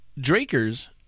Draker's